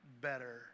better